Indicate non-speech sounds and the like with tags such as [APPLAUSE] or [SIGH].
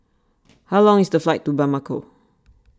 [NOISE] how long is the flight to Bamako